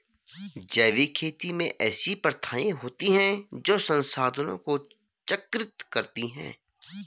जैविक खेती में ऐसी प्रथाएँ होती हैं जो संसाधनों को चक्रित करती हैं